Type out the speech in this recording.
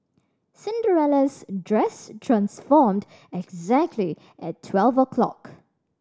Cinderella's dress transformed exactly at twelve o'clock